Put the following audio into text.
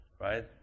right